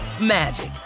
magic